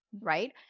Right